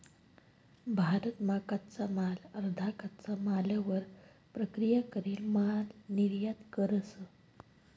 भारत मा कच्चा माल अर्धा कच्चा मालवर प्रक्रिया करेल माल निर्यात करस